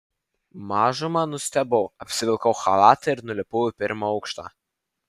mažumą nustebau apsivilkau chalatą ir nulipau į pirmą aukštą